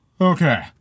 Okay